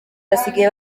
basigaye